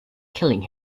killing